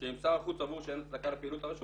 שאם שר החוץ סבור שאין הצדקה לפעילות הרשות